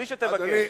בלי שתבקש.